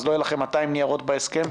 אז לא יהיו לכם 200 ניירות בהסכם,